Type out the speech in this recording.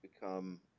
become